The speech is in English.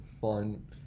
fun